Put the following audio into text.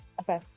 Okay